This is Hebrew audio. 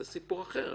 זה סיפור אחר.